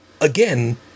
Again